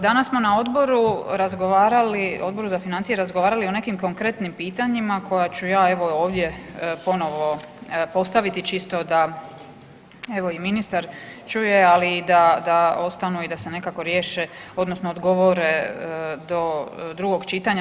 Danas smo na odboru razgovarali, Odboru za financije, razgovarali o nekim konkretnim pitanjima koja ću ja, evo, ovdje ponovo postaviti, čisto da evo i ministar čuje, ali i da ostanu i da se nekako riješe odnosno odgovore do drugog čitanja.